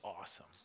awesome